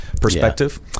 perspective